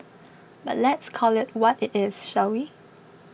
but let's call it what it is shall we